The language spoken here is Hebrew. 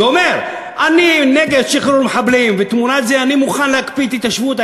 ואומר: אני נגד שחרור מחבלים ותמורת זה אני מוכן להקפיא את ההתיישבות,